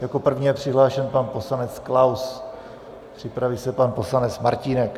Jako první je přihlášen pan poslanec Klaus, připraví se pan poslanec Martínek.